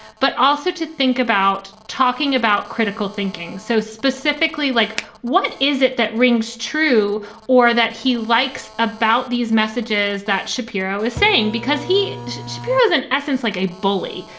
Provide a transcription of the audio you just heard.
but also to think about talking about critical thinking. so specifically like what is it that rings true or that he likes about these messages that shapiro is saying because he has an essence, like a bully,